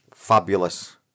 Fabulous